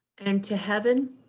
and to heaven.